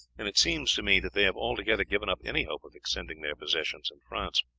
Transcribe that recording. and it seems to me that they have altogether given up any hope of extending their possessions in france.